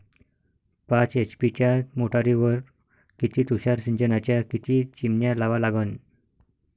पाच एच.पी च्या मोटारीवर किती तुषार सिंचनाच्या किती चिमन्या लावा लागन?